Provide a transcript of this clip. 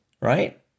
Right